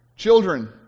Children